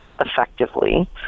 effectively